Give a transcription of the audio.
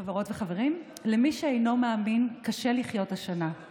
חברות וחברים: "למי שאינו מאמין קשה לחיות השנה /